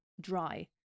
dry